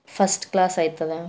first class ಆಯ್ತದ